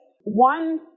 one